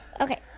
okay